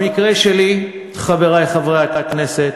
במקרה שלי, חברי חברי הכנסת,